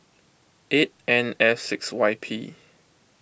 eight N F six Y P